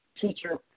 teacher